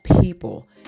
people